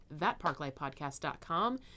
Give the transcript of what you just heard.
thatparklifepodcast.com